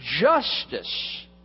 justice